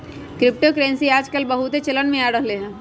crypto currency याजकाल बहुते चलन में आ रहल हइ